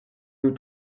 nous